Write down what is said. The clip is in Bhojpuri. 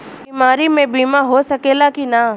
बीमारी मे बीमा हो सकेला कि ना?